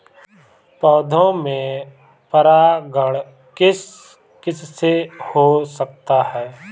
पौधों में परागण किस किससे हो सकता है?